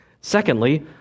Secondly